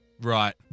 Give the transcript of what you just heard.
Right